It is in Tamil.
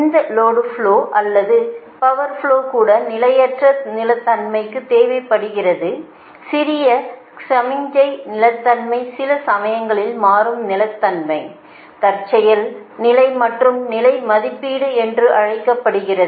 இந்த லோடு ஃப்லோ அல்லது பவா் ஃப்லோ கூட நிலையற்ற நிலைத்தன்மைக்கு தேவைப்படுகிறது சிறிய சமிக்ஞை நிலைத்தன்மை சில சமயங்களில் மாறும் நிலைத்தன்மை தற்செயல் நிலை மற்றும் நிலை மதிப்பீடு என்றும் அழைக்கப்படுகிறது